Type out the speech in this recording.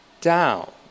down